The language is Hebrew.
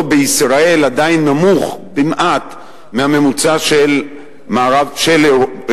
בישראל עדיין נמוך במעט מהממוצע של אירופה,